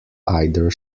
either